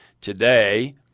today